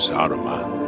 Saruman